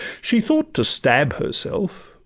she thought to stab herself,